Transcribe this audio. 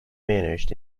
managed